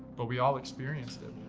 but we all experienced it.